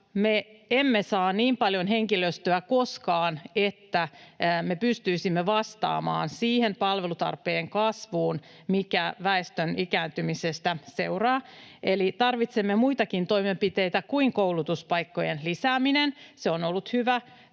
emme saa niin paljon henkilöstöä koskaan, että me pystyisimme vastaamaan siihen palvelutarpeen kasvuun, mikä väestön ikääntymisestä seuraa. Eli tarvitsemme muitakin toimenpiteitä kuin koulutuspaikkojen lisäämisen. Se on ollut hyvä